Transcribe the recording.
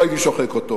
לא הייתי שוחק אותו,